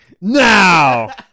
now